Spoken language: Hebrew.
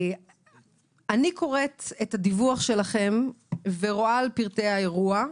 אני קוראת את הדיווח על פרטי האירוע.